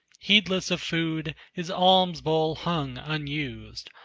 heedless of food, his alms-bowl hung unused.